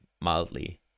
mildly